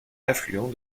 affluent